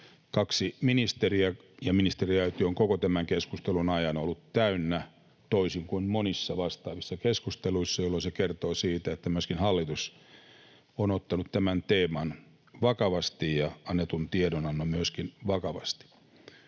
kaksi ministeriä ja ministeriaitio on koko tämän keskustelun ajan ollut täynnä, toisin kuin monissa vastaavissa keskusteluissa, jolloin se kertoo siitä, että myöskin hallitus on ottanut tämän teeman vakavasti ja annetun tiedonannon myöskin vakavasti.